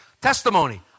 Testimony